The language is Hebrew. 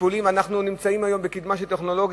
בטיפולים אנחנו נמצאים היום בקדמה של הטכנולוגיה,